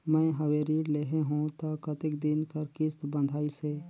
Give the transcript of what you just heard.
मैं हवे ऋण लेहे हों त कतेक दिन कर किस्त बंधाइस हे?